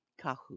kahu